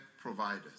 providers